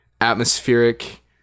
atmospheric